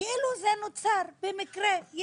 שכאילו זה נוצר במקרה.